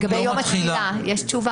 מדבר על צו אזורי השיפוט.